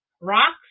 rocks